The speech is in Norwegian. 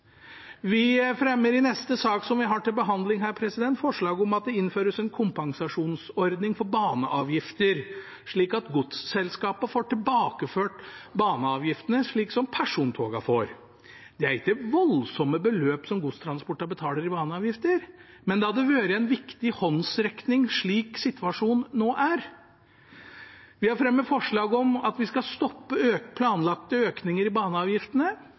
Vi fremmer i neste sak som vi har til behandling her, forslag om at det innføres en kompensasjonsordning for baneavgifter, slik at godsselskapene får tilbakeført baneavgiftene slik som persontogene får. Det er ikke voldsomme beløp som godstransporten betaler i baneavgifter, men det hadde vært en viktig håndsrekning slik situasjonen nå er. Vi har fremmet forslag om at vi skal stoppe planlagte økninger i